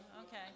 okay